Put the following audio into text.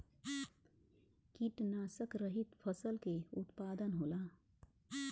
कीटनाशक रहित फसल के उत्पादन होला